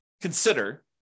consider